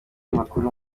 makuru